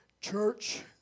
Church